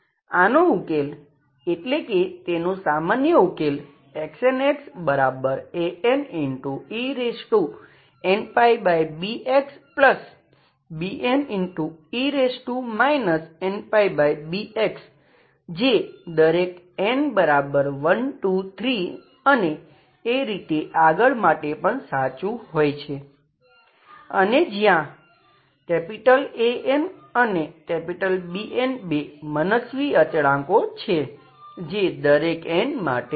આનો ઉકેલ એટલે કે તેનો સામાન્ય ઉકેલ XnxAnenπbxBne nπbx જે દરેક n બરાબર 1 2 3 અને એ રીતે આગળ માટે પણ સાચું હોય છે અને જ્યાં An અને Bn બે મનસ્વી અચળાંક છે જે દરેક n માટે છે